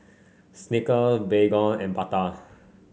Snicker Baygon and Bata